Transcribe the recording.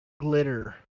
glitter